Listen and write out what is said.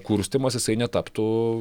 kurstymas jisai netaptų